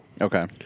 Okay